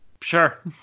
Sure